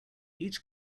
each